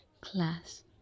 class